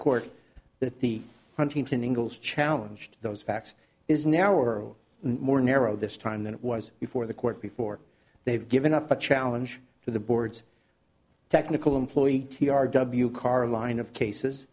court that the huntington ingles challenge to those facts is now or more narrow this time than it was before the court before they've given up a challenge to the board's technical employee t r w carline of cases